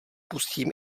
pustím